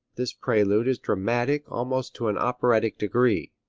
this prelude is dramatic almost to an operatic degree.